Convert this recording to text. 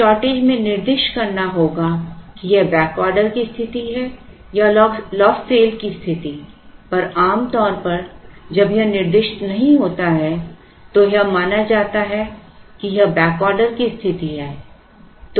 shortage में निर्दिष्ट करना होगा कि यह बैक ऑर्डर की स्थिति हैं या लॉस्ट सेल की स्थिति पर आमतौर पर जब यह निर्दिष्ट नहीं होता है तो यह माना जाता है कि यह बैक ऑर्डर की स्थिति है